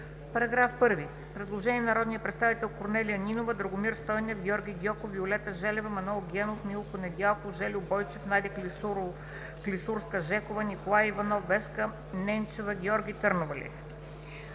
Параграф 1. Предложение на народните представители Корнелия Нинова, Драгомир Стойнев, Георги Гьоков, Виолета Желева, Манол Генов, Милко Недялков, Жельо Бойчев. Надя Клисурска-Жекова, Николай Иванов, Веска Ненчева и Георги Търновалийски: